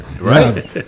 right